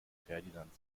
ferdinand